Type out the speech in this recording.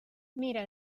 mira